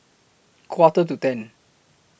Quarter to ten